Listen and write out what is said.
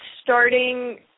starting